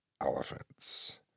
elephants